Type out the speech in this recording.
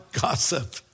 gossip